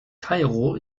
kairo